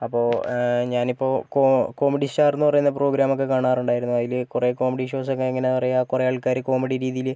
അപ്പോൾ ഞാനിപ്പോൾ co comedy star എന്ന് പറയുന്ന പ്രോഗ്രാം ഒക്കെ കാണാറുണ്ടായിരുന്നു അതിൽ കുറേ കോമഡി ഷോസ് ഒക്കെ ഇങ്ങനെ പറയുക കുറേ ആൾക്കാർ കോമഡി രീതിയിൽ